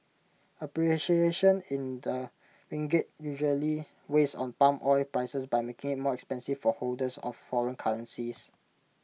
appreciation in the ringgit usually weighs on palm oil prices by making more expensive for holders of foreign currencies